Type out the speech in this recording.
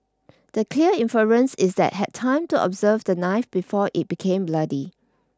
the clear inference is that had time to observe the knife before it became bloody